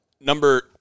Number